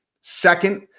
Second